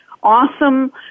awesome